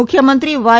મુખ્યમંત્રી વાય